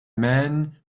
man